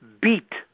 beat